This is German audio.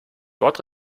dort